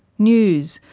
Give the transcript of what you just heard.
news,